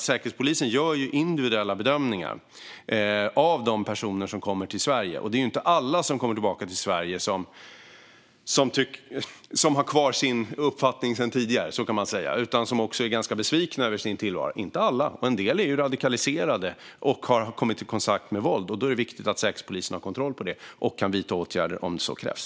Säkerhetspolisen gör ju individuella bedömningar av de personer som kommer till Sverige, och det är ju inte alla som kommer tillbaka till Sverige som har kvar sin uppfattning sedan tidigare. Vissa är i stället ganska besvikna över sin tillvaro. Detta gäller dock inte alla. En del är ju radikaliserade och har kommit i kontakt med våld. Då är det viktigt att Säkerhetspolisen har kontroll på det och kan vidta åtgärder om så krävs.